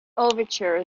overture